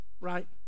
right